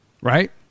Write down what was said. right